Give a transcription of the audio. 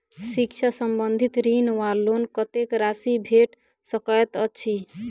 शिक्षा संबंधित ऋण वा लोन कत्तेक राशि भेट सकैत अछि?